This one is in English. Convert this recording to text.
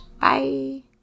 Bye